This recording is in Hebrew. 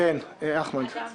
אחמד, בבקשה.